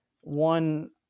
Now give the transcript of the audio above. one